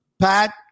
Pat